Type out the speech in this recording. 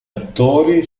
attori